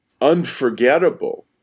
unforgettable